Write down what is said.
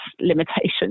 limitations